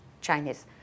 Chinese